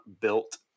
built